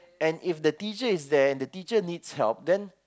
and if the teacher is there the teacher needs help then